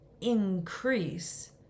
increase